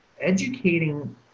educating